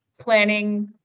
planning